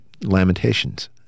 Lamentations